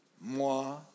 moi